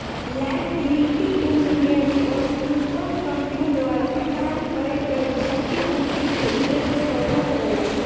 liability insurance वस्तुतः company द्वारा प्रदान कईल गईल छतिपूर्ति के एगो स्वरूप होला